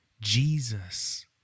Jesus